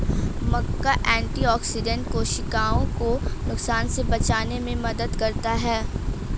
मक्का antioxidant कोशिकाओं को नुकसान से बचाने में मदद करता है